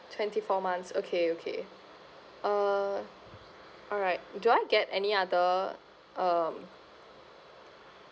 twenty four months okay okay uh alright do I get any other um